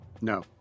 No